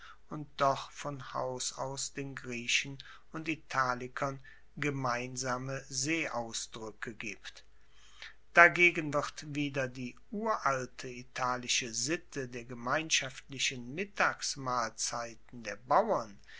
und doch von haus aus den griechen und italikern gemeinsame seeausdruecke gibt dagegen wird wieder die uralte italische sitte der gemeinschaftlichen mittagsmahlzeiten der bauern